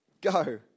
Go